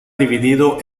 dividido